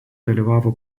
dalyvavo